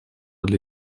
для